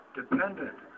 dependent